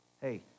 Hey